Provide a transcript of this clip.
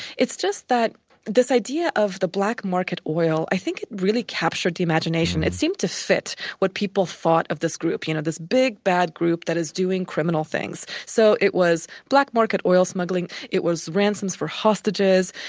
it's just that this idea of the black market oil, i think it really captured the imagination. imagination. it seemed to fit what people thought of this group. you know, this big, bad group that is doing criminal things. so it was black market oil smuggling, it was ransoms for hostages.